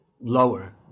lower